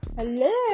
Hello